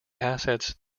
assets